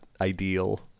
ideal